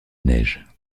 neige